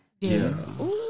Yes